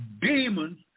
demons